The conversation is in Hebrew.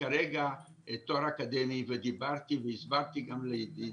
כרגע תואר אקדמי ודיברתי והסברתי גם לעידית